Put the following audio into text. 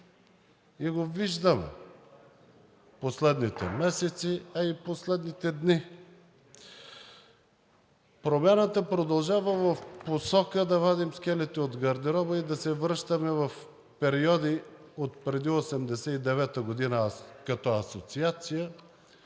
и го виждам последните месеци, а и последните дни. Промяната продължава в посока да вадим скелети от гардероба и да се връщаме в периоди отпреди 1989 г., като асоциация,